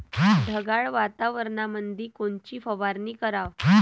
ढगाळ वातावरणामंदी कोनची फवारनी कराव?